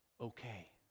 Okay